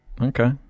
Okay